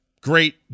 great